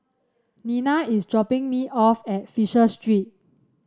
Nina is dropping me off at Fisher Street